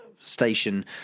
station